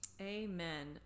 amen